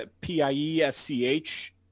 p-i-e-s-c-h